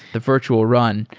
the virtual run,